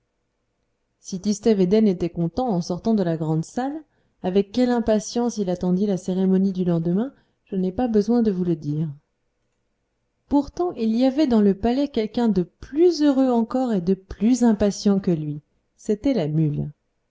si tistet védène était content en sortant de la grande salle avec quelle impatience il attendit la cérémonie du lendemain je n'ai pas besoin de vous le dire pourtant il y avait dans le palais quelqu'un de plus heureux encore et de plus impatient que lui c'était la mule